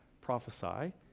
prophesy